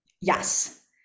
yes